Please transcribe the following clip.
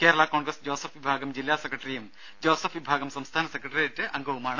കേരള കോൺഗ്രസ് ജോസഫ് വിഭാഗം ജില്ലാ സെക്രട്ടറിയും ജോസഫ് വിഭാഗം സംസ്ഥാന സെക്രട്ടറിയേറ്റ് അംഗവുമാണ്